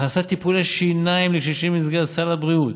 הכנסת טיפולי שיניים לקשישים במסגרת סל הבריאות,